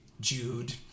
Jude